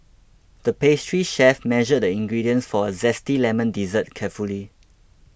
the pastry chef measured the ingredients for a Zesty Lemon Dessert carefully